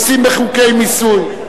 נושאים בחוקי מיסוי.